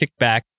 kickback